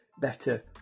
better